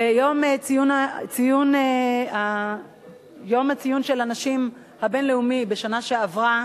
בציון יום האשה הבין-לאומי בשנה שעברה